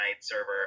server